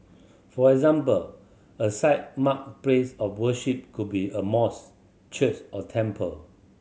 for example a site marked place of worship could be a church or temple